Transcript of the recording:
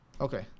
Okay